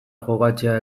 jokatzea